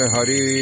Hari